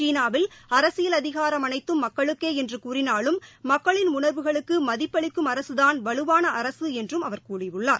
சீனாவில் அரசியல் அதிகாரம் அனைத்தும் மக்களுக்கேஎன்றுகூறினாலும் மக்களின் உணா்வுகளுக்குமதிப்பளிக்கும் அரசுதான் வலுவானஅரசுஎன்றும் அவர் கூறியுள்ளார்